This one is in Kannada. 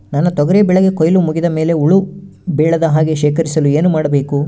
ನನ್ನ ತೊಗರಿ ಬೆಳೆಗೆ ಕೊಯ್ಲು ಮುಗಿದ ಮೇಲೆ ಹುಳು ಬೇಳದ ಹಾಗೆ ಶೇಖರಿಸಲು ಏನು ಮಾಡಬೇಕು?